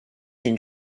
den